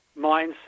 mindset